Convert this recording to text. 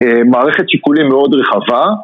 מערכת שיקולים מאוד רחבה